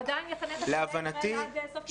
הוא עדיין יחנך את ילדי ישראל עד סוף כיתה י"ב.